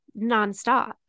nonstop